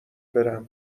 برم